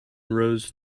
rows